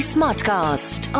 Smartcast